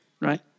right